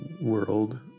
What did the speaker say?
world